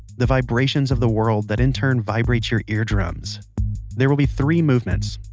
the vibration of the world that in turn vibrates your eardrums there will be three movements,